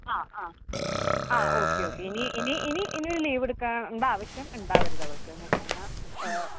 ആ ആ ആ ഓക്കെ ഓക്കെ ഇനി ഇനി ഇനി ഇനിയൊരു ലീവെടുക്കേണ്ട ആവശ്യം ഉണ്ടാവരുത് അവൾക്ക് എന്നുവെച്ചുകഴിഞ്ഞാൽ